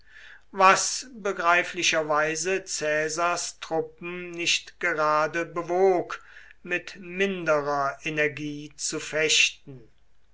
was begreiflicherweise caesars truppen nicht gerade bewog mit minderer energie zu fechten